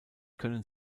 können